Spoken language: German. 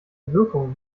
wirkung